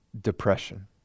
depression